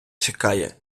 чекає